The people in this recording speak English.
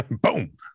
boom